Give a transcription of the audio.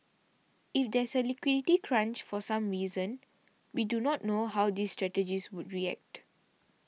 if there's a liquidity crunch for some reason we do not know how these strategies would react